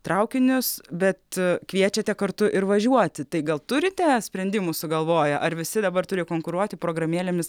traukinius bet kviečiate kartu ir važiuoti tai gal turite sprendimus sugalvoję ar visi dabar turi konkuruoti programėlėmis